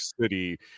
City